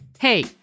Hey